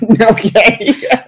Okay